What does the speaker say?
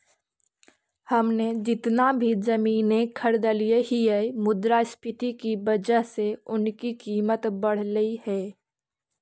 हमने जितना भी जमीनें खरीदली हियै मुद्रास्फीति की वजह से उनकी कीमत बढ़लई हे